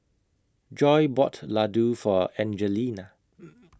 Joy bought Ladoo For Angelina